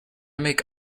make